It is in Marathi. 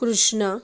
कृष्णा